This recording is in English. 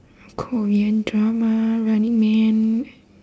korean drama running man